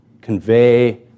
convey